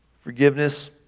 Forgiveness